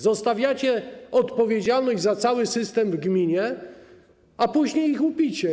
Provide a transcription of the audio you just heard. Zostawiacie odpowiedzialność za cały system w gminie, a później ich łupicie.